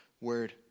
word